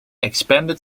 expanded